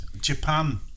Japan